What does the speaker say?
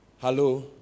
Hello